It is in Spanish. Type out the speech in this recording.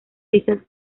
dichas